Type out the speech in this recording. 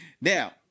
Now